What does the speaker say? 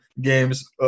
games